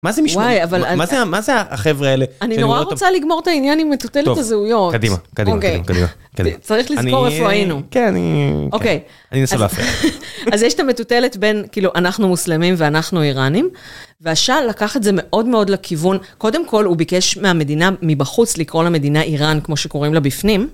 מה זה משמעות? מה זה החבר'ה האלה? אני נורא רוצה לגמור את העניין עם מטוטלת הזהויות. טוב, קדימה. קדימה, קדימה, קדימה. אוקיי, צריך לזכור איפה היינו. כן, אני... אוקיי. אני אנסה להפריע. אז יש את המטוטלת בין, כאילו, אנחנו מוסלמים ואנחנו איראנים, והשאה לקח את זה מאוד מאוד לכיוון, קודם כול הוא ביקש מהמדינה מבחוץ לקרוא למדינה איראן, כמו שקוראים לה בפנים.